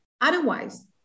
otherwise